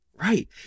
Right